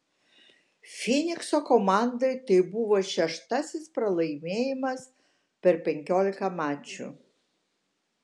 fynikso komandai tai buvo šeštasis pralaimėjimas per penkiolika mačų